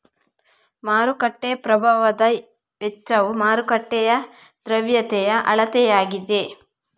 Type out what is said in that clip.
ಮಾರುಕಟ್ಟೆ ಪ್ರಭಾವದ ವೆಚ್ಚವು ಮಾರುಕಟ್ಟೆಯ ದ್ರವ್ಯತೆಯ ಅಳತೆಯಾಗಿದೆ